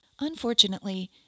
Unfortunately